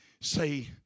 say